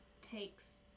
takes